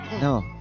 No